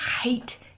hate